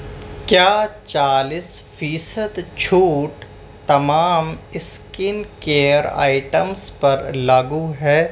کیا چالیس فیصد چھوٹ تمام اسکن کیئر آئٹمس پر لاگو ہے